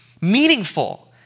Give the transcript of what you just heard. meaningful